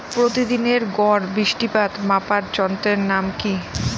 প্রতিদিনের গড় বৃষ্টিপাত মাপার যন্ত্রের নাম কি?